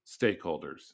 stakeholders